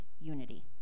unity